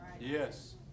yes